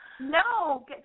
No